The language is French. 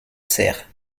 cère